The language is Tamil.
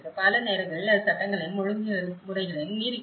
பல நேரங்களில் அது சட்டங்களையும் ஒழுங்குமுறைகளையும் மீறுகிறது